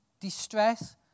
distress